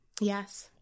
Yes